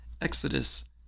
Exodus